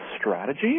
strategy